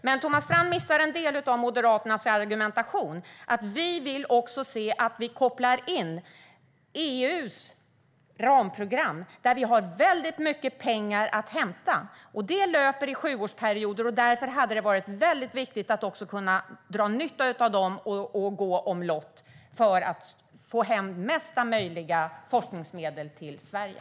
Men Thomas Strand missar en del av Moderaternas argumentation: Vi vill också koppla in EU:s ramprogram, där vi har väldigt mycket pengar att hämta. Det löper i sjuårsperioder, och därför hade det varit väldigt viktigt att också kunna dra nytta av dem och gå omlott för att få hem mesta möjliga forskningsmedel till Sverige.